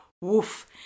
Woof